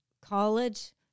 college